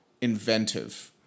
inventive